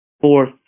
Fourth